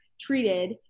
treated